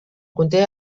conté